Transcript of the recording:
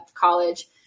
college